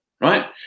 Right